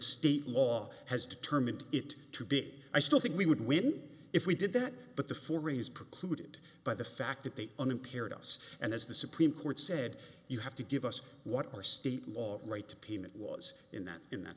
state law has determined it too big i still think we would win if we did that but the four raise precluded by the fact that they unimpaired us and as the supreme court said you have to give us what our state law right to payment was in that in that